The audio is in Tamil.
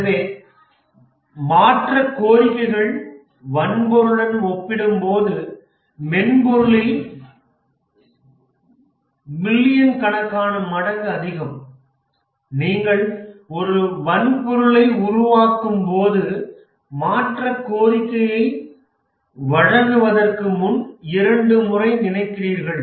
எனவே மாற்ற கோரிக்கைகள் வன்பொருளுடன் ஒப்பிடும்போது மென்பொருளில் மில்லியன் கணக்கான மடங்கு அதிகம் நீங்கள் ஒரு வன்பொருளை உருவாக்கும்போது மாற்ற கோரிக்கையை வழங்குவதற்கு முன் இரண்டு முறை நினைக்கிறீர்கள்